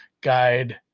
guide